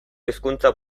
hizkuntza